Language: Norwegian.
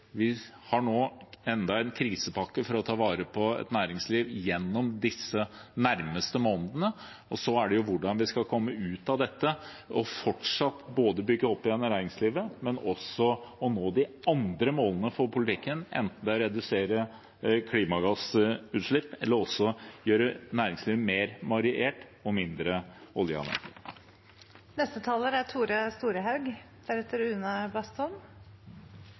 vi begynner å se framover. Vi har nå enda en krisepakke for å ta vare på næringslivet i disse nærmeste månedene, og så er det hvordan vi skal komme ut av dette, å bygge opp igjen næringslivet, men også å nå de andre målene for politikken, enten det er å redusere klimagassutslipp eller å gjøre næringslivet mer variert og mindre oljeavhengig.